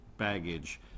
baggage